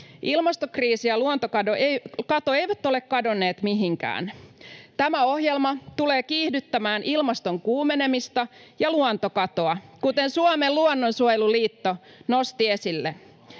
Ilmastokriisi ja luontokato eivät ole kadonneet mihinkään. Tämä ohjelma tulee kiihdyttämään ilmaston kuumenemista ja luontokatoa, kuten Suomen luonnonsuojeluliitto nosti esille.